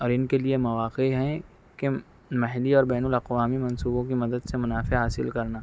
اور ان کے لیے مواقع ہیں کہ محلی اور بین الاقوامی منصوبوں کی مدد سے منافعہ حاصل کرنا